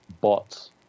bots